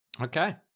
okay